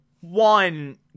one